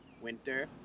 winter